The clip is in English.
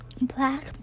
black